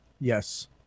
Yes